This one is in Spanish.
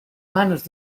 manos